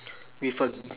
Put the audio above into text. with a g~